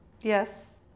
Yes